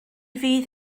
fydd